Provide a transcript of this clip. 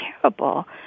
terrible